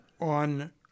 on